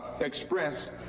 express